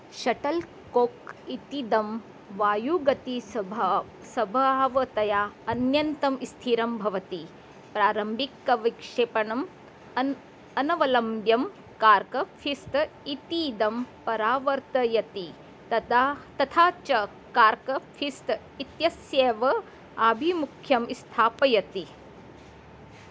shuttle coke इतीदं वायुगतिसभा स्वभावतया अत्यन्तम् स्थिरं भवति प्रारम्भिकविक्षेपणम् अन् अनवलम्ब्यं कार्कफ़िस्त इतीदं परावर्तयति तदा तथा च कार्कफ़िस्त् इत्यस्येव आभिमुख्यम् स्थापयति